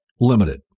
limited